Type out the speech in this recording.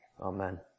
amen